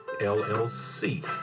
LLC